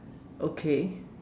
okay